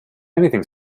anything